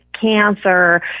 cancer